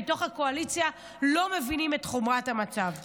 מתוך הקואליציה לא מבינים את חומרת המצב.